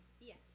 Yes